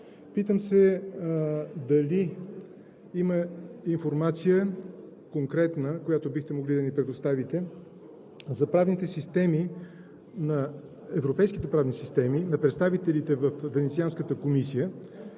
Питам се дали има конкретна информация, която бихте могли да ни предоставите за европейските правни системи на представителите във Венецианската комисия,